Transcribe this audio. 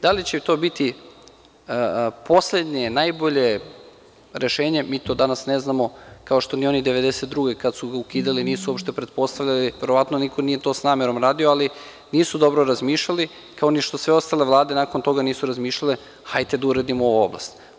Da li će to biti poslednje najbolje rešenje, mi to danas ne znamo, kao što ni oni 1992. godine kada su ga ukidali, nisu pretpostavili, niko nije sa namerom to uradio, nisu dobro razmišljali, kao što ni sve ostale vlade nakon toga nisu razmišljale, hajde da uredimo ovu oblast.